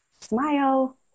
smile